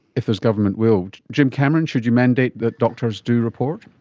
if there is government will. jim cameron, should you mandate that doctors do report?